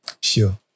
Sure